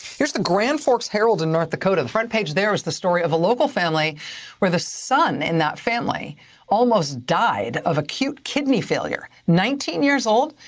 here's the grand forks herald in north dakota. the front page there is the story of a local family where the son in that family almost died of acute kidney failure. nineteen years old.